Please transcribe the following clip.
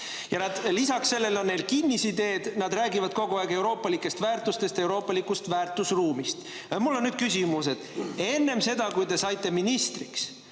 vestjaid. Lisaks on neil kinnisideed, nad räägivad kogu aeg euroopalikest väärtustest, euroopalikust väärtusruumist. Mul on nüüd küsimus. Kas teil enne seda, kui te saite ministriks,